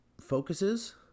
focuses